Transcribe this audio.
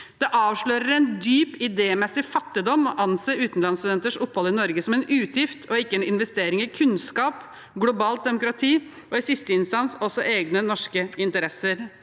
«Det avslører en dyp idémessig fattigdom, (…) å anse utenlandsstudenters opphold i Norge som en utgift – og ikke en investering i kunnskap, globalt demokrati, og i siste instans også egne, norske interesser.»